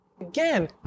Again